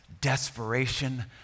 desperation